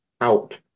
out